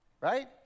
Right